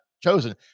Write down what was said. chosen